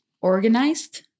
organized